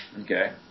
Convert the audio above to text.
okay